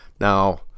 Now